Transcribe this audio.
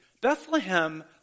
Bethlehem